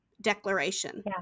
declaration